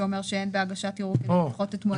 שאומר שאין בהגשת ערעור כדי לדחות את מועד התשלום.